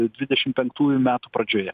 dvidešim penktųjų metų pradžioje